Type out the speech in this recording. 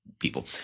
people